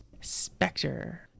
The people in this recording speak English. Spectre